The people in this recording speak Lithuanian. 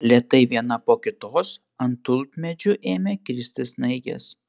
lėtai viena po kitos ant tulpmedžių ėmė kristi snaigės